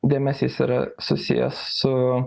dėmesys yra susijęs su